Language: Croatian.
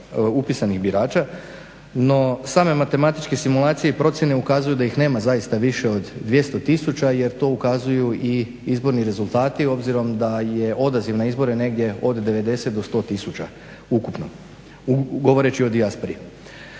upisanih birača, no same matematičke simulacije i procjene ukazuju da ih nema zaista više od 200 tisuća jer to ukazuju i izborni rezultati obzirom da je odaziv na izbore negdje od 90 do 100 tisuća ukupno. Govoreći o dijaspori.